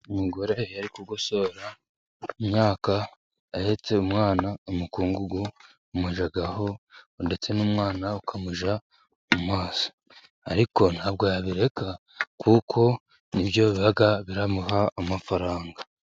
Umugore iyo ari kugosora imyaka ahetse umwana, umukungugu umujyaho ndetse n'umwana ukamuca mas, ariko ntabwo yabireka kuko nibyo biba biramuha amafaranga.